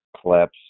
collapse